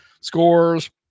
scores